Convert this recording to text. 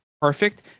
perfect